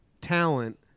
talent